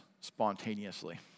spontaneously